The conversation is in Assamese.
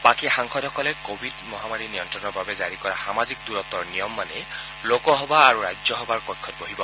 বাকী সাংসদসকলে কোৱিড মহামাৰী নিয়ন্ত্ৰণৰ বাবে জাৰি কৰা সামাজিক দূৰত্বৰ নিয়ম মানি লোকসভা আৰু ৰাজ্যসভাৰ কক্ষত বহিব